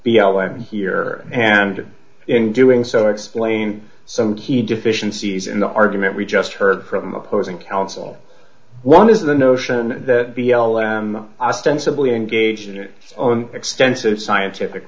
element here and in doing so explain some key deficiencies in the argument we just heard from the opposing counsel one is the notion that b l m ostensibly engaged in it on extensive scientific